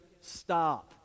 stop